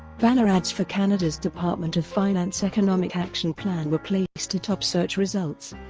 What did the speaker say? banner ads for canada's department of finance economic action plan were placed atop search results,